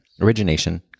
origination